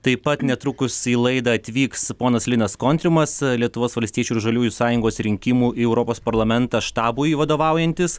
taip pat netrukus į laidą atvyks ponas linas kontrimas lietuvos valstiečių ir žaliųjų sąjungos rinkimų į europos parlamentą štabui vadovaujantis